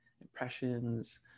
impressions